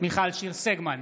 מיכל שיר סגמן,